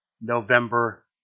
november